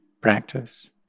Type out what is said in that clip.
practice